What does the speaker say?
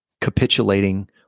capitulating